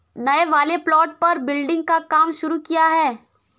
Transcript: नए वाले प्लॉट पर बिल्डिंग का काम शुरू किया है